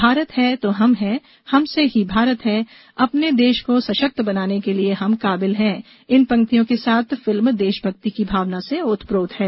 भारत है तो हम हैं हमसे ही भारत है अपने देश को सशक्त बनाने के लिए हम काबिल हैं पंक्तियों के साथ फिल्म देशभक्ति की भावना से ओतप्रोत है